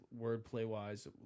wordplay-wise